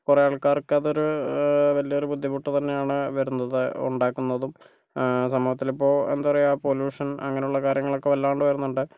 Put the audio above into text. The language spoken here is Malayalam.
കുറെ ആൾക്കാർക്ക് അത് ഒരു വലിയ ഒരു ബുദ്ധിമുട്ട് തന്നെയാണ് വരുന്നതും ഉണ്ടാകുന്നതും സമൂഹത്തിൽ ഇപ്പോൾ എന്താ പറയുക പൊലൂഷൻ അങ്ങനെയുള്ള കാര്യങ്ങളൊക്കെ വല്ലാണ്ട് വരുന്നുണ്ട്